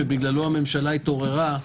שבגללו הממשלה התעוררה,